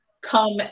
come